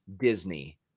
Disney